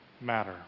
matter